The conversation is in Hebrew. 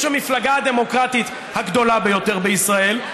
יש את המפלגה הדמוקרטית הגדולה ביותר בישראל,